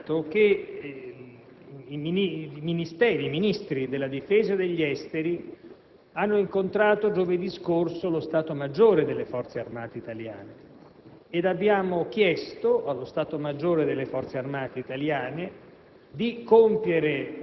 Vorrei, da questo punto di vista, informare il Senato che i Ministeri e i Ministri della difesa e degli esteri hanno incontrato, giovedì scorso, lo Stato Maggiore delle Forze armate italiane